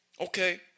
okay